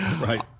Right